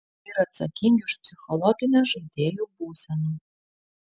ir atsakingi už psichologinę žaidėjų būseną